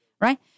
right